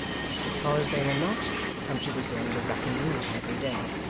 and that because there were not, the country was going to rack and ruin every day.